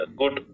good